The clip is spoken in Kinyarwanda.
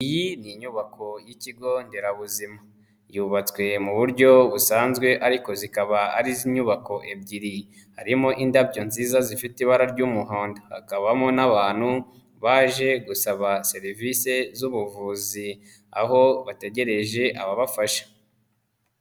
Iyi ni inyubako y'ikigonderabuzima yubatswe mu buryo busanzwe ariko zikaba arizo nyubako ebyiri, harimo indabyo nziza zifite ibara ry'umuhondo hakabamo n'abantu baje gusaba serivisi z'ubuvuzi aho bategereje ababafasha.